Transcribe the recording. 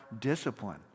discipline